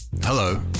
Hello